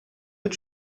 mit